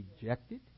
rejected